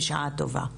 בשעה טובה.